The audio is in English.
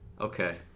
Okay